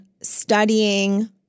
studying